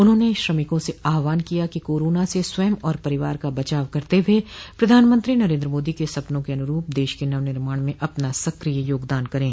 उन्होंने श्रमिकों से आहवान किया कि कोरोना से स्वयं और परिवार का बचाव करते हुये प्रधानमंत्री नरेन्द्र मोदी के सपनों के अनुरूप देश के नव निर्माण में अपना सक्रिय योगदान करें